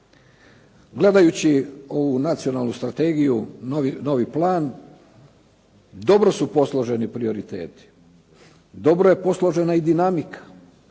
Gledajući ovu nacionalnu strategiju, novi plan, dobro su posloženi prioriteti, dobro je posložena i dinamika.